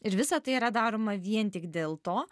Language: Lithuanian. ir visa tai yra daroma vien tik dėl to